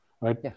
right